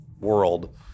world